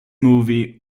movie